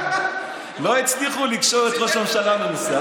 לא הצליחו לקשור את ראש הממשלה לנושא,